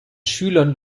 schülern